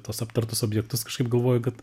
tuos aptartus objektus kažkaip galvoju kad